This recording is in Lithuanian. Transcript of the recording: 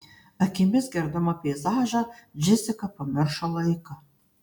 akimis gerdama peizažą džesika pamiršo laiką